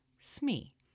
Smee